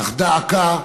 אך דא עקא,